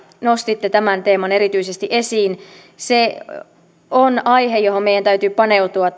nostitte tämän teeman erityisesti esiin tämä luonnontieteiden ja matematiikan oppimistulosten lasku on aihe johon meidän täytyy paneutua